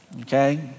okay